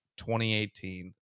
2018